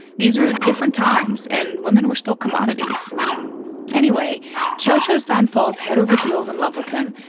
these are different times and women were still commodities anyway chodorow sand falls head over heels in love with him,